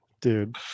Dude